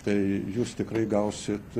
tai jūs tikrai gausit